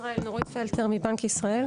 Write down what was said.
נורית פלטר מבנק ישראל.